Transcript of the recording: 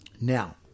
Now